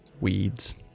weeds